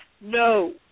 no